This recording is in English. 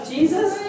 Jesus